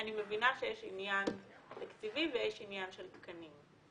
אני מבינה שיש עניין תקציבי ויש עניין של תקנים.